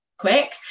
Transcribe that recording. Quick